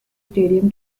stadium